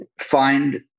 find